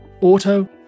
auto